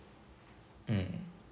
mm